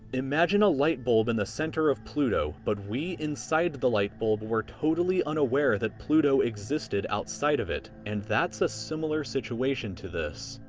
imagine a light bulb in the center of pluto, but we inside the light bulb we're totally unaware that pluto existed outside of it. and that's a similar situation to this.